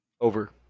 over